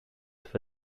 for